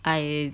I